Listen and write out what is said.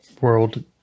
world